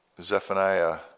Zephaniah